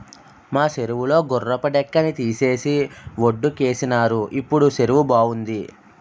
మా సెరువు లో గుర్రపు డెక్కని తీసేసి వొడ్డుకేసినారు ఇప్పుడు సెరువు బావుంది